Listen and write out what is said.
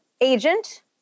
agent